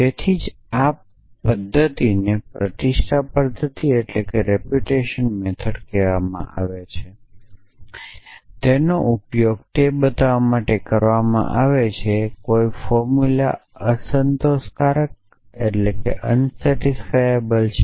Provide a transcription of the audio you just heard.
તેથી જ આ પદ્ધતિને રેપ્યુટેશન પદ્ધતિ કહેવામાં આવે છે તેનો ઉપયોગ તે બતાવવા માટે કરવામાં આવે છે કે કોઈ ફોર્મુલા અસંતોષકારક છે